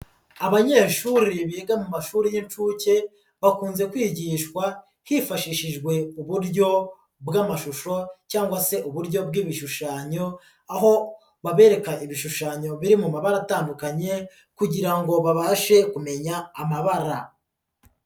Abanyeshuri biga mu mashuri y'inshuke bakunze kwigishwa hifashishijwe uburyo bw'amashusho cyangwa se uburyo bw'ibishushanyo aho babereka ibishushanyo biri mu mabara atandukanye kugira ngo babashe kumenya amabara.